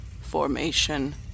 formation